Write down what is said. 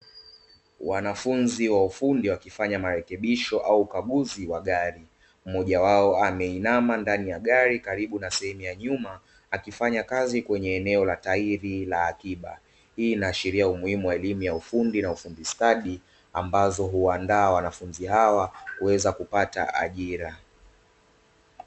Wanafunzi wa ufundi wakifanya marekebisho au ukaguzi wa gari, mmojawao ameinama ndani ya gari karibu na sehemu ya nyuma akifanya kazi kwenye eneo la tairi la akiba. Hii inaashiria umuhimu wa elimu ya ufundi na ufundi stadi ambazo huwaandaa wanafunzi hawa kuweza kupata ajira.